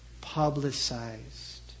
publicized